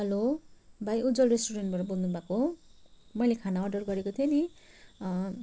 hello भाइ उज्ज्वल रेस्टुरेन्टबाट बोल्नु भएको हो मैले खाना अर्डर गरेको थिएँ नि